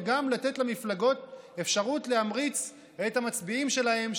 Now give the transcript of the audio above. וגם לתת למפלגות אפשרות להמריץ את המצביעים שלהן,